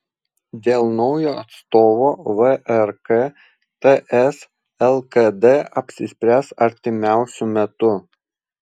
dėl naujo atstovo vrk ts lkd apsispręs artimiausiu metu